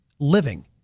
living